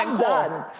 um done.